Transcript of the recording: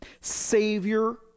Savior